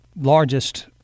largest